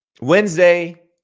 Wednesday